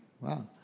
wow